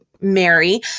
Mary